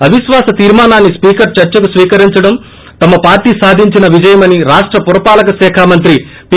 అవిశ్వాస తీర్మానాన్ని స్పీకర్ చర్చకు స్వీకరించడం తమ పార్టీ సాధించిన విజయమని రాష్ట పురపాలక శాఖ మంత్రి పి